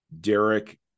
Derek